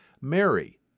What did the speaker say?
Mary